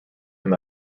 him